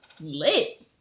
lit